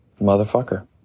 Motherfucker